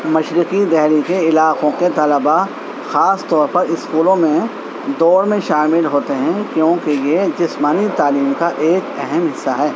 مشرقی دہلی کے علاقوں کے طلباء خاص طور پر اسکولوں میں دوڑ میں شامل ہوتے ہیں کیونکہ یہ جسمانی تعلیم کا ایک اہم حصہ ہے